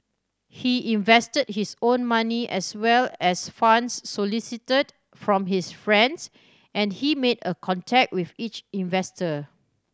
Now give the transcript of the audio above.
he invested his own money as well as funds solicited from his friends and he made a contract with each investor